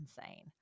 insane